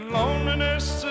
loneliness